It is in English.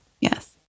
Yes